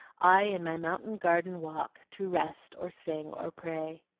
i in my mountain garden walk, to rest, or sing, or pray.